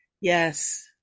Yes